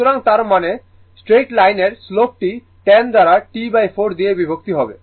সুতরাং তার মানে স্ট্রেইট লাইনের স্লোপটি 10 দ্বারা T4 দিয়ে বিভক্ত হবে